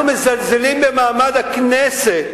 אנחנו מזלזלים במעמד הכנסת